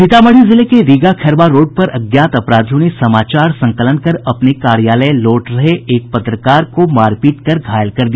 सीतामढ़ी जिले के रीगा खैरवा रोड पर अज्ञात अपराधियों ने समाचार संकलन कर अपने कार्यालय लौट रहे एक पत्रकार को मारपीट कर घायल कर दिया